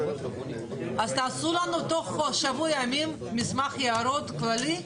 --- תעשו לנו תוך שבוע ימים מסמך הערות כללי,